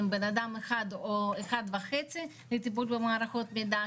בן אדם או אחד או אחד וחצי לטיפול במערכות מידע,